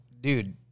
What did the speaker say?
Dude